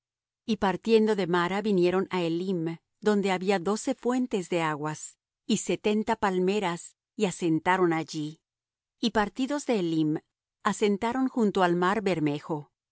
y partiendo de mara vinieron á elim donde había doce fuentes de aguas y setenta palmeras y asentaron allí y partidos de elim asentaron junto al mar bermejo